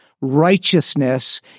righteousness